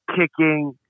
kicking